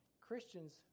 Christians